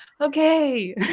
okay